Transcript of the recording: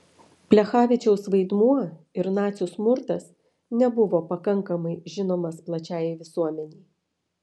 plechavičiaus vaidmuo ir nacių smurtas nebuvo pakankamai žinomas plačiajai visuomenei